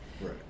Right